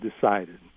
decided